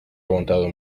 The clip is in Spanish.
aguantado